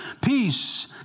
peace